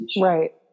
Right